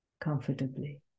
comfortably